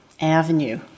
avenue